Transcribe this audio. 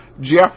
Jeff